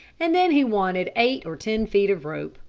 and then he wanted eight or ten feet of rope.